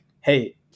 hey